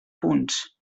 punts